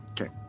Okay